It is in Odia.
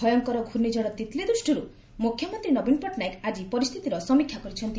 ଭୟଙ୍କର ଘୂର୍ଣ୍ଣିଝଡ 'ତିତ୍ଲି' ଦୃଷ୍ଟିରୁ ମୁଖ୍ୟମନ୍ତ୍ରୀ ନବୀନ ପଟ୍ଟନାୟକ ଆଜି ପରିସ୍ଥିତିର ସମୀକ୍ଷା କରିଛନ୍ତି